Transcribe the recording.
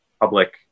public